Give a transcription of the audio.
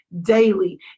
daily